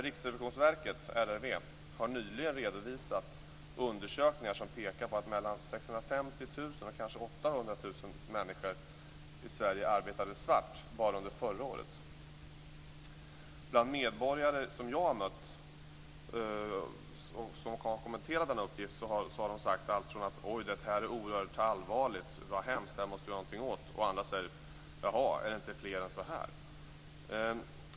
Riksrevisionsverket, RRV, har nyligen redovisat undersökningar som pekar på att mellan 650 000 och kanske 800 000 människor i Sverige arbetade svart bara under förra året. Bland andra medborgare som jag mött och som kommenterat det har de sagt: Det är oerhört allvarligt, hemskt, vi måste göra någonting åt det. Andra säger: Jaså, är det inte fler än så?